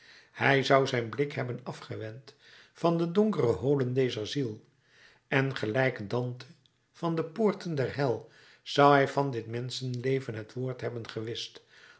hij zou zijn blik hebben afgewend van de donkere holen dezer ziel en gelijk dante van de poorten der hel zou hij van dit menschenleven het woord hebben gewischt